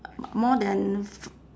more than f~